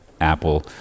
Apple